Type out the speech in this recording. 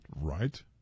Right